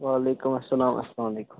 وعلیکُم السلام السلامُ علیکُم